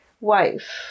wife